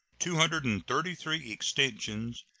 two hundred and thirty three extensions,